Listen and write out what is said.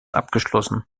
abgeschlossen